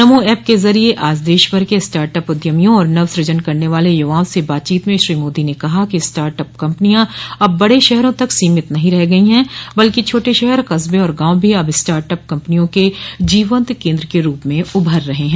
नमो app के जरिये आज देश भर के स्टार्टअप उद्यमियों और नवसूजन करने वाले युवाओं से बातचीत में श्री मोदी ने कहा कि स्टार्टअप कम्पनियां अब बड़े शहरों तक सीमित नहीं रह गई हैं बल्कि छोटे शहर कस्बे और गांव भी अब स्टार्टअप कम्पनियों के जीवंत केन्द्र के रूप में उभर रहे हैं